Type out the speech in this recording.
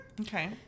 Okay